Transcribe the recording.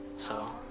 so,